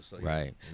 Right